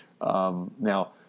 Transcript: Now